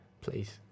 please